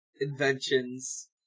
inventions